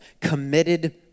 committed